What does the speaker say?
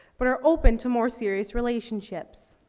but are open to more serious relationships.